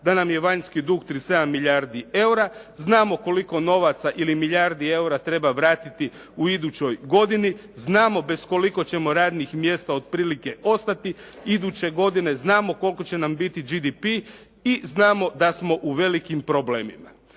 da nam je vanjski dug 37 milijardi eura, znamo koliko novaca ili milijardi eura treba vratiti u idućoj godini, znamo bez koliko ćemo radnih mjesta otprilike ostati, iduće znamo koliko će nam biti GDP i znamo da smo u velikim problemima.